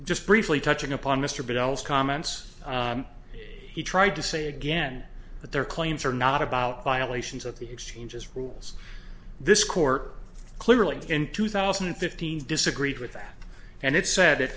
just briefly touching upon mr bell's comments he tried to say again but their claims are not about violations of the exchanges rules this court clearly in two thousand and fifteen disagreed with that and it said